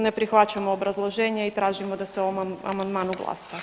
Ne prihvaćamo obrazloženje i tražimo da se o ovom amandmanu glasa.